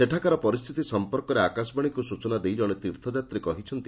ସେଠାକାର ପରିସ୍ଛିତି ସମ୍ମର୍କରେ ଆକାଶବାଣୀକୁ ସ୍ରଚନା ଦେଇ ଜଣେ ତୀର୍ଥଯାତ୍ରୀ କହିଛନ୍ତି